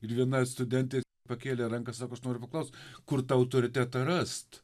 ir viena studentė pakėlė ranką sako aš noriu paklaust kur tą autoritetą rast